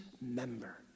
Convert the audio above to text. member